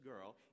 girl